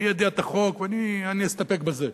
אי-ידיעת החוק, ואני אסתפק בזה.